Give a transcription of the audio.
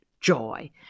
joy